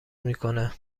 میکنه